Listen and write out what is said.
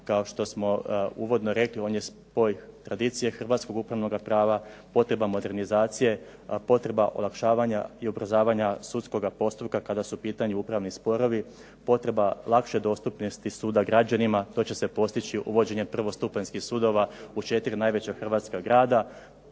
kao što smo uvodno rekli, on je spoj tradicije hrvatskoga upravnoga prava. Potreba modernizacije, potreba olakšavanja i ubrzavanja sudskoga postupka kada su u pitanju upravni sporovi, potreba lakše dostupnosti suda građanima to će se postići uvođenjem prvostupanjskih sudova u 4 najveća hrvatska grada.